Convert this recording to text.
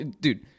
Dude